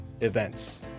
events